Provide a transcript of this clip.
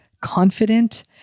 Confident